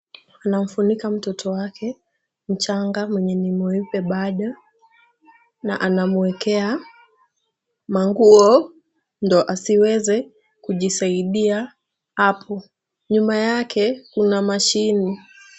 Anamfunika mtoto wake mchanga mwenye ni mweupe bado na anamwekea manguo ndio asiwezee kujisaidia hapo. Nyuma yake kuna mashini.